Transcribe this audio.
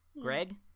Greg